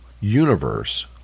universe